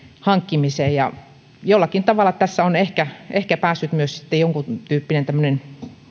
hankkimiseen ja jollakin tavalla tässä on ehkä ehkä päässyt myös sitten jonkuntyyppinen tämmöinen